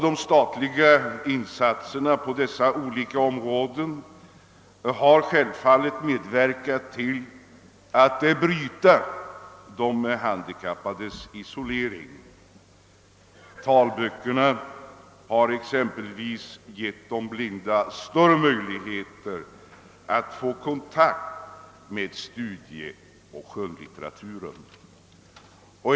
De statliga insatserna på dessa olika områden har självfallet medverkat till att bryta de handikappades isolering. Talböckerna har exempelvis gett de blinda större möjligheter att få kontakt med studieböcker och skönlitteratur.